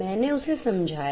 मैंने उसे समझाया